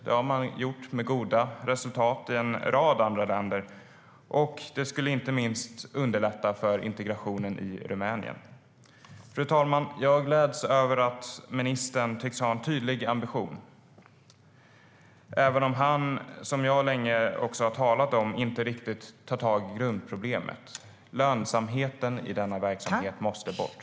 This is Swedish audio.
Det har man gjort med gott resultat i en rad andra länder. Det skulle inte minst underlätta för integrationen i Rumänien. Fru talman! Jag gläds åt att ministern tycks ha en tydlig ambition, även om han, som jag så länge talat om, inte riktigt tar tag i grundproblemet. Lönsamheten i denna verksamhet måste bort.